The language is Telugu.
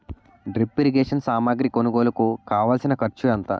డ్రిప్ ఇరిగేషన్ సామాగ్రి కొనుగోలుకు కావాల్సిన ఖర్చు ఎంత